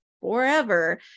forever